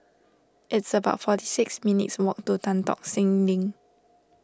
it's about forty six minutes' walk to Tan Tock Seng Link